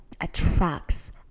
attracts